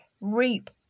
reap